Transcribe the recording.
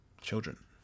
children